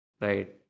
Right